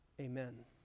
Amen